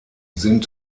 sind